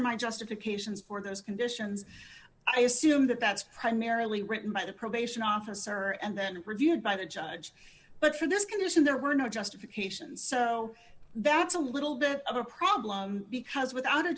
are my justifications for those conditions i assume that that's primarily written by the probation officer and then reviewed by the judge but for this condition there were no justification so that's a little bit of a problem because without a